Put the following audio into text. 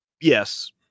Yes